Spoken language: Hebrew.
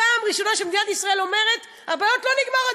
פעם ראשונה שמדינת ישראל אומרת: הבעיות לא נגמרות